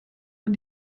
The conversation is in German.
man